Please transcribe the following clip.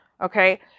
Okay